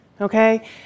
okay